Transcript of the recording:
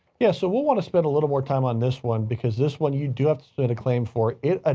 yeah. so we'll want to spend a little more time on this one because this one, you do have to submit a claim for. it, ah